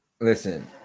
Listen